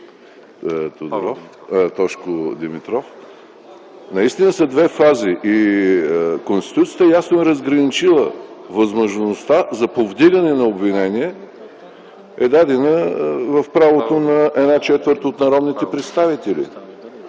Тодор Димитров. Фазите наистина са две. Конституцията ясно е разграничила възможността за повдигане на обвинение. Дадена е в правото на една четвърт от народните представители.